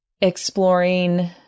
exploring